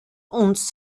uns